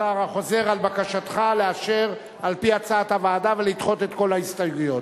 אתה חוזר על בקשתך לאשר על-פי הצעת הוועדה ולדחות את כל ההסתייגויות.